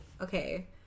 okay